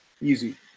easy